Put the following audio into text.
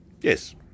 Yes